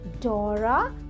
Dora